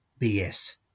BS